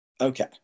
Okay